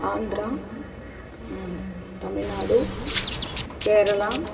Andhra Tamil Nadu Kerala